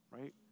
Right